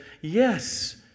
yes